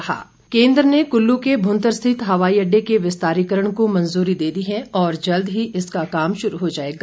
रामस्वरूप बैठक केंद्र ने कुल्लू के भुंतर स्थित हवाई अड्डे के विस्तारीकरण को मंजूरी दे दी है और जल्द ही इसका काम शुरू हो जाएगा